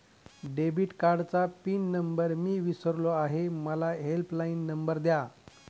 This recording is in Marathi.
डेबिट कार्डचा पिन नंबर मी विसरलो आहे मला हेल्पलाइन नंबर द्या